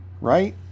Right